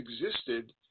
existed